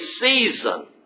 season